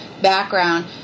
background